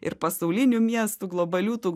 ir pasaulinių miestų globalių tų